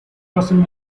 person